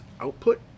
output